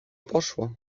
poszło